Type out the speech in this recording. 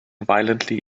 violently